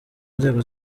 nzego